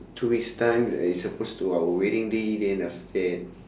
two weeks time and it's supposed to our wedding day then after that